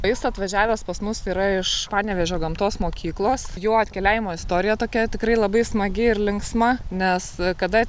o jis atvažiavęs pas mus yra iš panevėžio gamtos mokyklos jo atkeliavimo istorija tokia tikrai labai smagi ir linksma nes kada